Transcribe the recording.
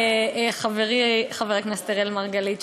חברי חבר הכנסת אראל מרגלית,